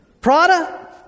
Prada